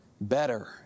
better